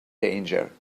danger